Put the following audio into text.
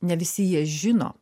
ne visi jie žino